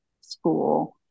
school